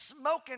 smoking